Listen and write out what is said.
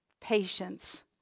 patience